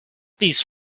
these